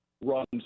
runs